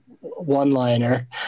One-liner